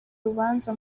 rubanza